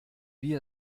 wie